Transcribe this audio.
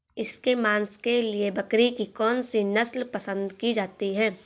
इसके मांस के लिए बकरी की कौन सी नस्ल पसंद की जाती है?